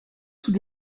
sous